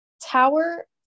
Tower